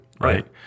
right